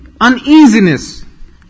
uneasiness